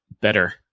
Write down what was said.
better